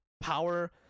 power